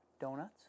donuts